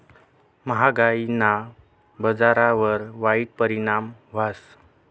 म्हागायीना बजारवर वाईट परिणाम व्हस